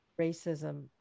racism